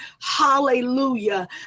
hallelujah